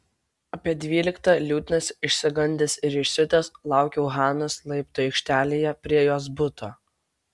apie dvyliktą liūdnas išsigandęs ir įsiutęs laukiau hanos laiptų aikštelėje prie jos buto